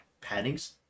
paddings